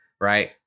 Right